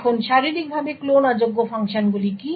এখন শারীরিকভাবে ক্লোন অযোগ্য ফাংশনগুলি কি